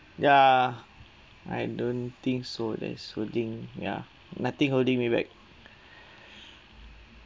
ya I don't think so there's holding ya nothing holding me back